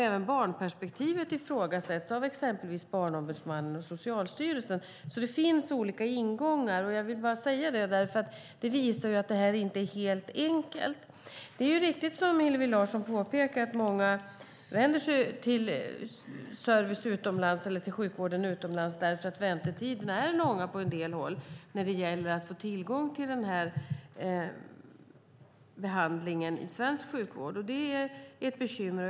Även barnperspektivet ifrågasätts av exempelvis Barnombudsmannen och Socialstyrelsen. Det finns alltså olika ingångar, vilket visar att detta inte är helt enkelt. Det är riktigt som Hillevi Larsson påpekar att många vänder sig till sjukvården utomlands för att väntetiden för att få tillgång till denna behandling i svensk sjukvård är lång på en del håll. Det är ett bekymmer.